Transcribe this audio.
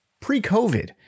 pre-COVID